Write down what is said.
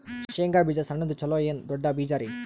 ಶೇಂಗಾ ಬೀಜ ಸಣ್ಣದು ಚಲೋ ಏನ್ ದೊಡ್ಡ ಬೀಜರಿ?